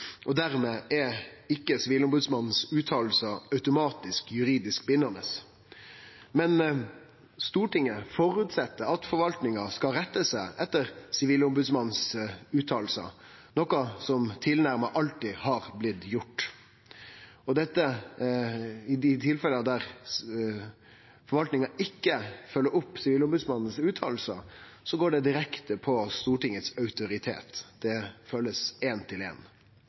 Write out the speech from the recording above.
dermed er ikkje fråsegnene frå Sivilombodsmannen automatisk juridisk bindande. Men Stortinget føreset at forvaltninga skal rette seg etter fråsegnene frå Sivilombodsmannen, noko som tilnærma alltid har blitt gjort. I dei tilfella der forvaltninga ikkje følgjer opp fråsegnene frå Sivilombodsmannen, går det direkte på Stortingets autoritet. Det blir følgt éin til